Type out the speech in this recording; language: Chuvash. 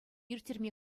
ирттерме